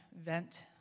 vent